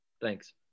Thanks